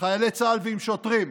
חיילי צה"ל ועם שוטרים,